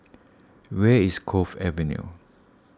where is Cove Avenue